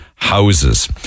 Houses